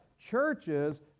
churches